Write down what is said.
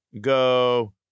go